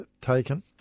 taken